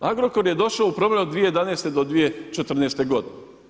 Agrokor je došao u problem od 2011. do 2014. godine.